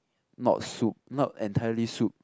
not soup not entirely soup